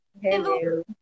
hello